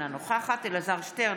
אינה נוכחת אלעזר שטרן,